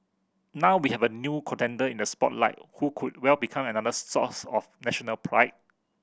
now we have a new contender in the spotlight who could well become another source of national pride